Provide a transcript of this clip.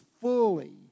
fully